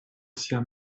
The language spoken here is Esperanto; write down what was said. sia